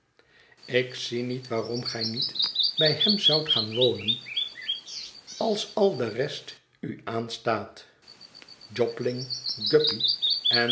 ik zie niet waarom gij niet bij hom zoudt gaan wonen als al de rest u aanstaat jobling guppy en